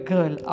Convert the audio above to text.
Girl